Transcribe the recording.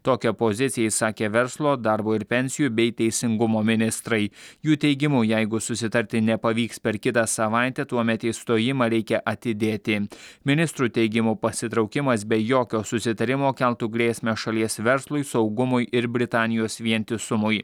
tokią poziciją išsakė verslo darbo ir pensijų bei teisingumo ministrai jų teigimu jeigu susitarti nepavyks per kitą savaitę tuomet išstojimą reikia atidėti ministrų teigimu pasitraukimas be jokio susitarimo keltų grėsmę šalies verslui saugumui ir britanijos vientisumui